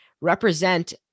represent